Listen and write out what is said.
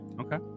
Okay